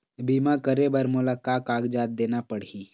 बीमा करे बर मोला का कागजात देना पड़ही?